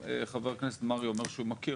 חבר הכנסת מרעי אומר שהוא מכיר.